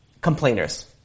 complainers